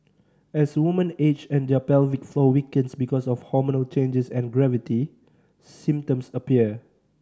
as woman age and their pelvic floor weakens because of hormonal changes and gravity symptoms appear